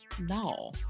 no